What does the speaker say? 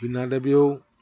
Bina দেৱীয়েও